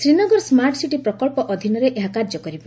Srinagar smart city ପ୍ରକଳ୍ପ ଅଧୀନରେ ଏହା କାର୍ଯ୍ୟ କରିବ